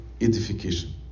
edification